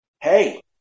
Hey